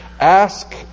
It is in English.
Ask